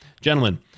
Gentlemen